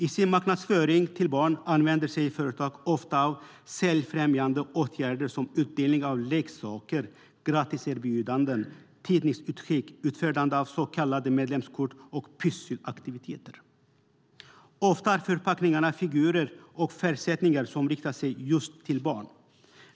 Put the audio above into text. I sin marknadsföring till barn använder sig företag ofta av säljfrämjande åtgärder som utdelning av leksaker, gratiserbjudanden, tidningsutskick, utfärdande av så kallade medlemskort och pysselaktiviteter. Ofta har förpackningarna figurer och färgsättningar som riktar sig just till barn.